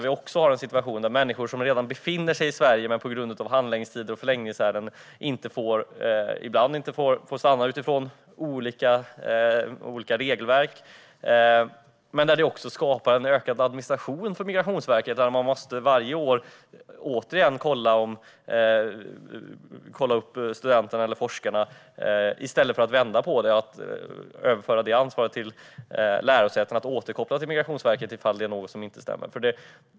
Vi har en situation med människor som redan befinner sig i Sverige, men på grund av regelverket för handläggningstider och förlängningsärenden får de ibland inte stanna. Även detta skapar en ökad administration för Migrationsverket som varje år återkommande måste kolla upp studenter och forskare. I stället kunde man vända på det och överföra ansvaret till lärosätena att återkoppla till Migrationsverket ifall något inte stämmer.